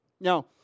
Now